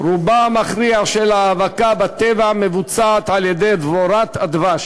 רובה המכריע של ההאבקה בטבע מבוצעת על-ידי דבורת הדבש,